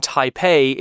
Taipei